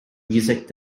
music